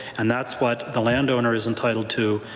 and that's what the landowner is entitled to.